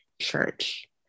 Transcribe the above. church